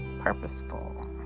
purposeful